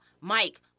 Mike